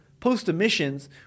post-emissions